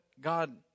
God